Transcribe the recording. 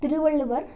Thiruvalluvar